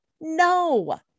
no